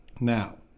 Now